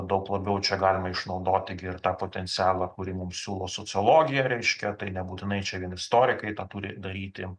daug labiau čia galime išnaudoti gi ir tą potencialą kurį mums siūlo sociologija reiškia tai nebūtinai čia vien istorikai tą turi daryti